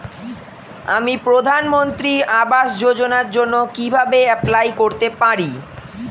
আমি প্রধানমন্ত্রী আবাস যোজনার জন্য কিভাবে এপ্লাই করতে পারি?